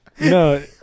No